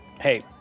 Hey